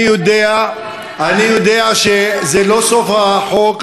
אני יודע שזה לא סוף החוק,